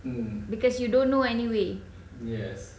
because you don't know anyway